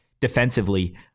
defensively